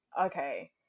okay